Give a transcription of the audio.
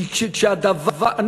כי כשהדבר, נביא.